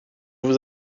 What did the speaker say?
vous